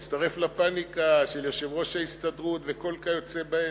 הצטרף לפניקה של יושב-ראש ההסתדרות וכל כיוצא באלה,